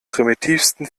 primitivsten